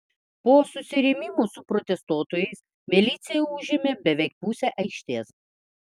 po susirėmimų su protestuotojais milicija užėmė beveik pusę aikštės